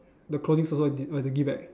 the clothings also g~ have to give back